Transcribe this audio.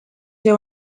see